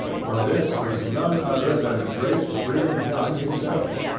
for this was none other than the great brigham young himself.